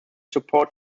support